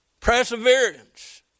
Perseverance